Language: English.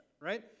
right